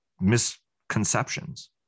misconceptions